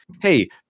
hey